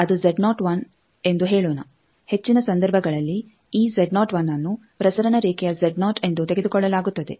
ಅದು ಎಂದು ಹೇಳೋಣ ಹೆಚ್ಚಿನ ಸಂದರ್ಭಗಳಲ್ಲಿ ಈ ಅನ್ನು ಪ್ರಸರಣ ರೇಖೆಯ ಎಂದು ತೆಗೆದುಕೊಳ್ಳಲಾಗುತ್ತದೆ